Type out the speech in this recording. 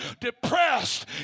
depressed